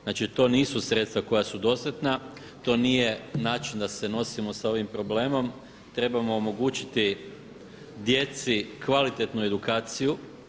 Znači to nisu sredstva koja su dostatna, to nije način da se nosimo sa ovim problemom, trebamo omogućiti djeci kvalitetnu edukaciju.